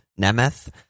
Nemeth